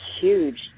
huge